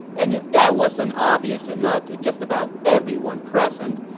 and if that wasn't obvious enough to just about everyone present,